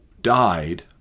died